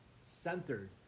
centered